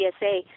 CSA